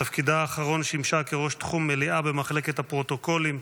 בתפקידה האחרון שימשה כראש תחום מליאה במחלקת הפרוטוקולים,